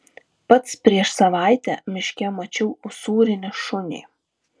pats prieš savaitę miške mačiau usūrinį šunį